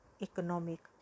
economic